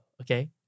okay